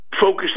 focused